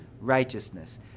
righteousness